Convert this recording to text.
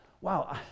wow